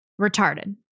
retarded